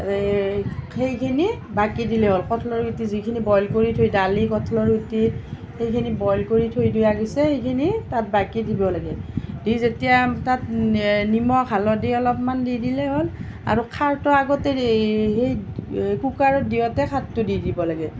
সেইখিনি বাকী দিলে হ'ল কঁঠালৰ গুটি যিখিনি বইল কৰি থৈ দালি কঁঠালৰ গুটি সেইখিনি বইল কৰি থৈ দিয়া গৈছে সেইখিনি তাত বাকি দিব লাগে দি যেতিয়া তাত নিমখ হালধী অলপমান দি দিলে হ'ল আৰু খাৰটো আগতে কুকাৰত দিওঁতে খাৰটো দি দিব লাগে